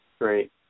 Great